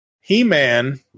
He-Man